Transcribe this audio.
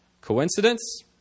Coincidence